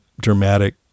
dramatic